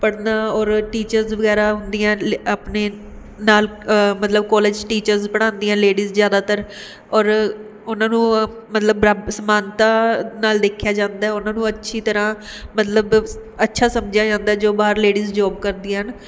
ਪੜ੍ਹਨਾ ਔਰ ਟੀਚਰਸ ਵਗੈਰਾ ਹੁੰਦੀਆਂ ਲ ਆਪਣੇ ਨਾਲ ਮਤਲਬ ਕੋਲਜ ਟੀਚਰਸ ਪੜ੍ਹਾਉਂਦੀਆਂ ਲੇਡੀਜ਼ ਜ਼ਿਆਦਾਤਰ ਔਰ ਉਹਨਾਂ ਨੂੰ ਮਤਲਬ ਬਰਾ ਸਮਾਨਤਾ ਨਾਲ ਦੇਖਿਆ ਜਾਂਦਾ ਉਹਨਾਂ ਨੂੰ ਅੱਛੀ ਤਰ੍ਹਾਂ ਮਤਲਬ ਅੱਛਾ ਸਮਝਿਆ ਜਾਂਦਾ ਜੋ ਬਾਹਰ ਲੇਡੀਜ਼ ਜੋਬ ਕਰਦੀਆਂ ਹਨ